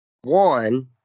One